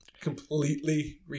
completely